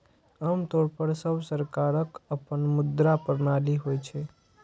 आम तौर पर सब सरकारक अपन मुद्रा प्रणाली होइ छै